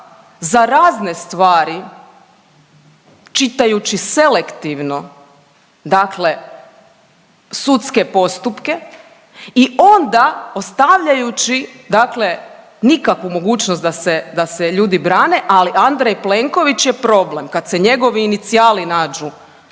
za razne stvari čitajući selektivno dakle sudske postupke i onda ostavljajući dakle nikakvu mogućnost da se, da se ljudi brane, ali Andrej Plenković je problem, kad se njegovi inicijali nađu